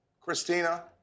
Christina